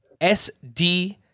SD